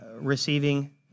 receiving